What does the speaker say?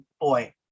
boy